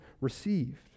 received